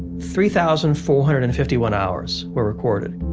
three thousand four hundred and fifty one hours were recorded.